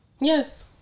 Yes